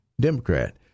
Democrat